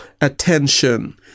attention